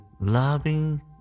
loving